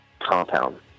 compound